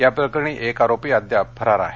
याप्रकरणी एक आरोपी अद्याप फरार आहे